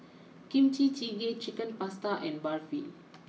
Kimchi Jjigae Chicken Pasta and Barfi